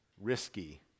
risky